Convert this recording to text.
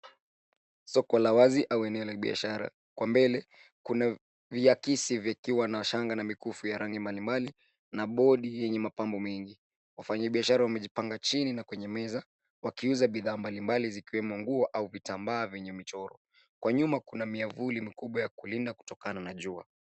Soko la wazi au eneo la biashara. Kwa mbele kuna viakisi vikiwa na shanga na mikufu, ya rangi mbali mbali na bodi yenye mapambo mengi. Wafanyi biashara wamejipanga chini na kwenye meza, wakiuza bidhaa mbali mbali, zikiwemo nguo au vitambaa vyenye michoro. Kwa nyuma kuna miavuli mikubwa ya kulinda kutokana na jua.